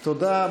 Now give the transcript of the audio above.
תודה.